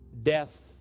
Death